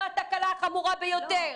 זו התקלה החמורה ביותר.